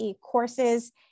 courses